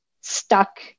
stuck